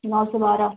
नौ से बारह